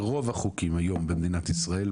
ברוב החוקים היום במדינת ישראל,